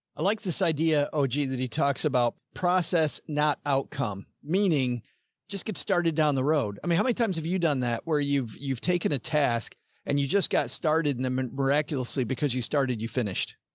i liked this idea. oh gee, that he talks about process not outcome. meaning just get started down the road. i mean, how many times have you done that where you've, you've taken a task and you just got started and um and miraculously because you started, you finished.